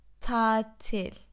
Tatil